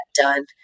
done